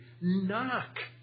Knock